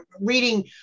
reading